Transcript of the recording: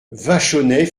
vachonnet